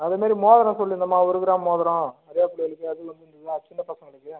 அது மாரி மோதிரம் சொல்லிருந்தோம்மா ஒரு கிராம் மோதிரம் அது எப்படி இருக்குது அதுவும் ஒன்றும் இல்லையா சின்னப் பசங்களுக்கு